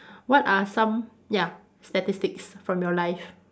what are some ya statistics from your life